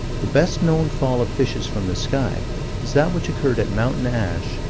the best-known fall of fishes from the sky is that which occurred at mountain ash,